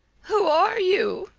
who are you?